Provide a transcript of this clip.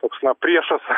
toks na priešas